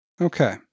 Okay